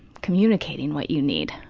communicating what you need.